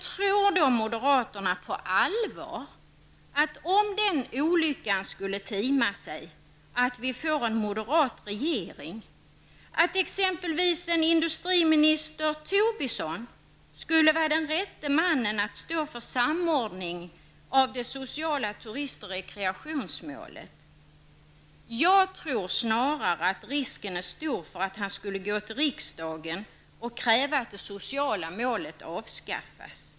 Tror då moderaterna på allvar, om den olyckan skulle tima att vi får en moderat regering, att exempelvis industriminister Tobisson skulle vara den rätte mannen att stå för samordningen av det sociala turist och rekreationsmålet? Jag tror snarare att risken är stor för att han skulle gå till riksdagen och kräva att det sociala målet avskaffas.